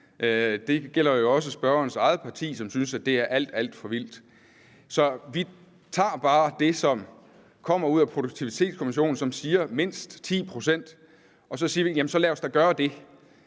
Det gælder jo også for spørgerens eget parti, at de synes, at det er alt, alt for vildt. Så vi tager bare udgangspunkt i det, som kommer fra Produktivitetskommissionen, som siger mindst 10 pct. Så siger vi: Så lad os da gøre det.